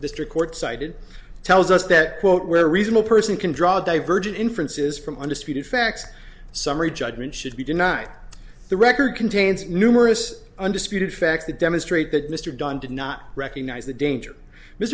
district court cited tells us that quote where reasonable person can draw divergent inferences from undisputed facts summary judgment should be denied the record contains numerous undisputed facts that demonstrate that mr dunn did not recognize the danger